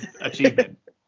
achievement